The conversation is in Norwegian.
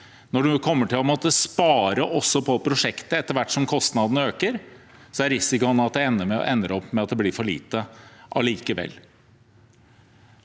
når man kommer til å måtte spare også i prosjektet etter hvert som kostnadene øker, er risikoen at det ender med at det allikevel